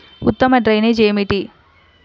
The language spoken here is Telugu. ఉత్తమ డ్రైనేజ్ ఏమిటి?